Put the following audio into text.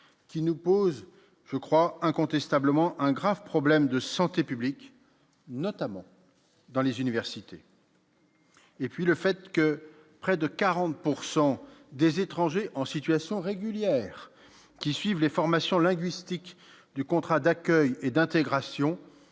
qui nous pose je crois incontestablement un grave problème de santé publique, notamment dans les universités. Et puis le fait que près de 40 pourcent des étrangers en situation régulière qui suivent les formations linguistiques du contrat d'accueil et d'intégration